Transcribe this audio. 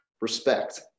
respect